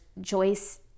joyce